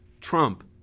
Trump